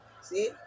See